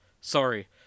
Sorry